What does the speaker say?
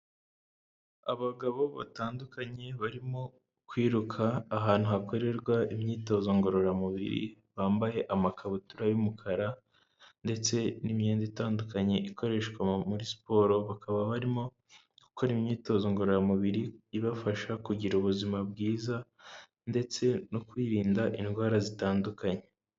Abagabo batandukanye barimo kwiruka ahantu hakorerwa imyitozo ngororamubiri, bambaye amakabutura y'umukara ndetse n'imyenda itandukanye ikoreshwa muri siporo, bakaba barimo gukora imyitozo ngororamubiri ibafasha kugira ubuzima bwiza ndetse no kwirinda indwara zitandukanye.